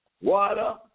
water